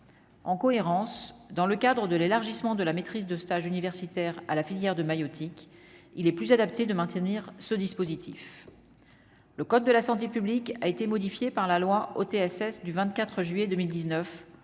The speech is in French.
en cohérence dans le cadre de l'élargissement de la maîtrise de stage universitaire à la filière de maïeutique, il est plus adapté de maintenir ce dispositif, le code de la santé publique a été modifié par la loi au TSS, du 24 juillet 2019